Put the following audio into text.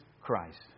Christ